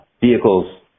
vehicles